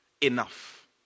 enough